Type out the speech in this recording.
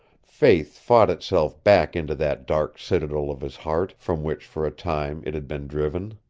faith fought itself back into that dark citadel of his heart from which for a time it had been driven.